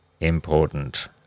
important